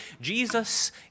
Jesus